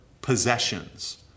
possessions